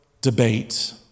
debate